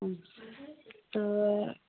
تہٕ